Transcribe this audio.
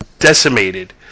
decimated